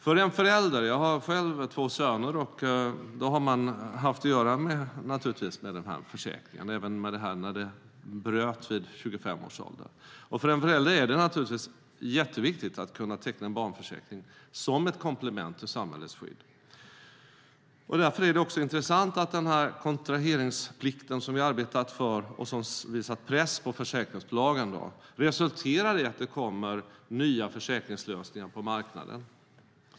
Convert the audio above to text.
För en förälder - jag har själv två söner och har naturligtvis haft att göra med den här försäkringen, även med att det bröt vid 25 års ålder - är det naturligtvis mycket viktigt att kunna teckna en barnförsäkring som ett komplement till samhällets skydd. Därför är det också intressant att den kontraheringsplikt som vi arbetat för och som satt press på försäkringsbolagen resulterar i att det kommer nya försäkringslösningar på marknaden.